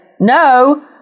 No